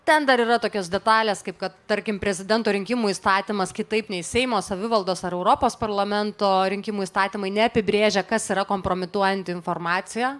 ten dar yra tokios detalės kaip kad tarkim prezidento rinkimų įstatymas kitaip nei seimo savivaldos ar europos parlamento rinkimų įstatymai neapibrėžia kas yra kompromituojanti informacija